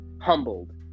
humbled